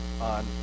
on